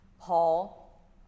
Paul